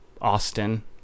Austin